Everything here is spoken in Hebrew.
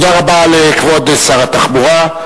תודה רבה לכבוד שר התחבורה,